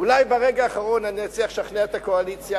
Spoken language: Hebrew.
אולי ברגע האחרון אני אצליח לשכנע את הקואליציה?